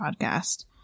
podcast